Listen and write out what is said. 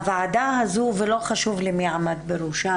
הוועדה הזו ולא חשוב לי מי עמד בראשה,